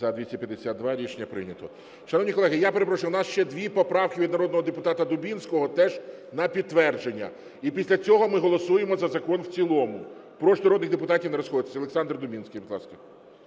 За-252 Рішення прийнято. Шановні колеги, я перепрошую. У нас ще дві поправки від народного депутата Дубінського теж на підтвердження, і після цього ми голосуємо за закон в цілому. Прошу народних депутатів не розходитись. Олександр Дубінський, будь ласка.